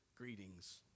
Greetings